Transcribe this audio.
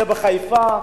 זה בחיפה,